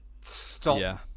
stop